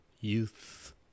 youth